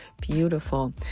beautiful